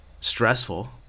stressful